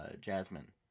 Jasmine